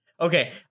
Okay